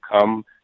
come